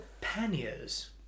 Panniers